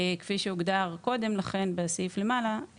כפי שהוגדר קודם לכן בסעיף למעלה,